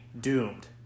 doomed